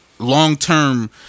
long-term